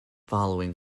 following